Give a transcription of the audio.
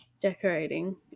decorating